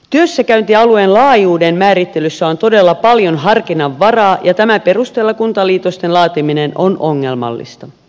työssäkäyntialueen laajuuden määrittelyssä on todella paljon harkinnanvaraa ja tämän perusteella kuntaliitosten laatiminen on ongelmallista